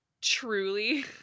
truly-